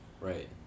Right